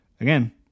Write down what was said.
Again